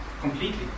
completely